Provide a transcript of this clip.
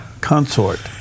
Consort